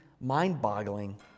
mind-boggling